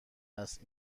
است